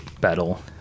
battle